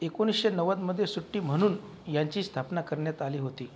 एकोणीसशे नव्वदमध्ये सुट्टी म्हणून यांची स्थापना करण्यात आली होती